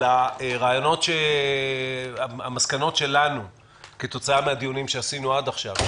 אבל המסקנות שלנו כתוצאה מן הדיונים שעשינו עד עכשיו,